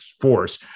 force